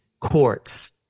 courts